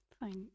Thanks